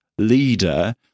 Leader